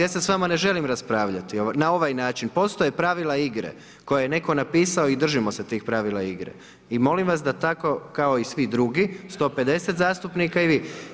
Ja se s vama ne želim raspravljati na ovaj način, postoje pravila igre koje je netko napisao i držimo se tih pravila igre i molim vas da tako kao i svi drugo 150 zastupnika i vi.